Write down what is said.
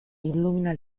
illumina